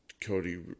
Cody